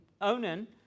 Onan